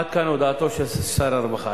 עד כאן הודעתו של שר הרווחה.